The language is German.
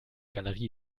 galerie